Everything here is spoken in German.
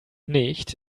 nicht